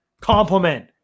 Compliment